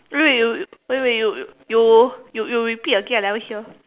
wait you you wait wait you you you you repeat again I never hear